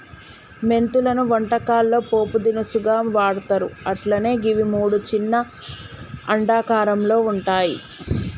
మెంతులను వంటకాల్లో పోపు దినుసుగా వాడ్తర్ అట్లనే గివి మూడు చిన్న అండాకారంలో వుంటయి